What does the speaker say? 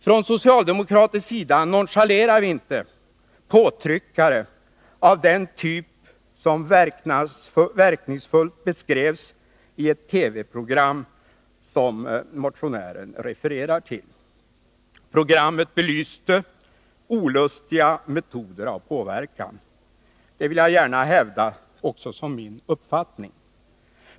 Från socialdemokratisk sida nonchalerar vi inte påtryckare av den typ som verkningsfullt beskrevs i ett TV-program som motionären refererar till. Programmet belyste olustiga metoder för påverkan. Det vill jag gärna hävda också som min uppfattning.